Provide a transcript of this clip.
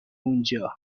اونجا